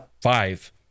Five